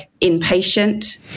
impatient